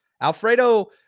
Alfredo